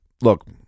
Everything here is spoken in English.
look